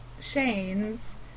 Shane's